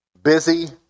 Busy